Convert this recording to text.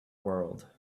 world